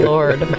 Lord